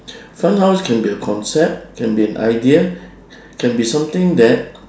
fun house can be a concept can be an idea can be something that